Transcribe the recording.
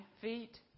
feet